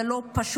זה לא פשוט,